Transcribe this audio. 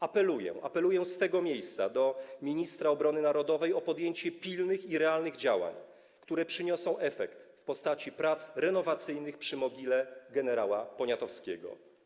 Apeluję z tego miejsca do ministra obrony narodowej o podjęcie pilnych i realnych działań, które przyniosą efekt w postaci prac renowacyjnych przy mogile gen. Poniatowskiego.